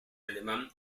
alemán